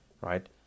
right